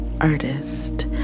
artist